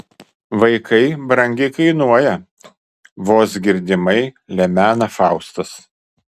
vaikai brangiai kainuoja vos girdimai lemena faustas